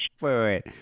wait